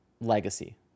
legacy